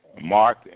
Mark